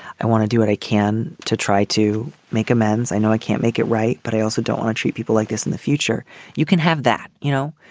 i want to do what i can to try to make amends. i know i can't make it right, but i also don't want to treat people like this in the future you can have that. you know,